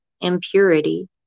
impurity